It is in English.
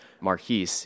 Marquis